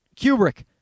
Kubrick